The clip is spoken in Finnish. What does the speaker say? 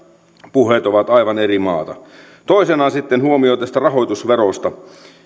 puheet ovat aivan eri maata toisena sitten huomio rahoitusverosta